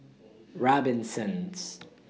Robinsons